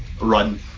run